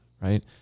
Right